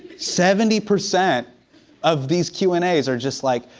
seventy percent of these q and as are just like,